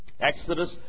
Exodus